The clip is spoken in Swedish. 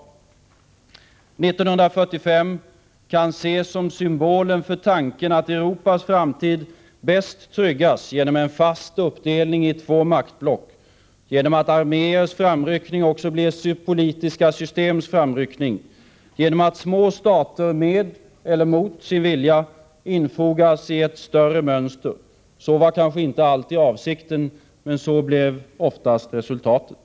1945 kan ses som symbolen för tanken att Europas framtid bäst tryggas genom en fast uppdelning i två maktblock, genom att arméers framryckning också blir politiska systems framryckning, genom att små stater — med eller mot sin vilja — infogas i ett större mönster. Så var kanske inte alltid avsikten, men så blev oftast resultatet.